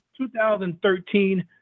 2013